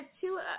two